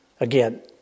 again